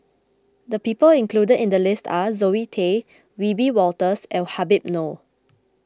the people included in the list are Zoe Tay Wiebe Wolters and Habib Noh